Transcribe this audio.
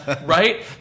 right